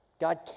God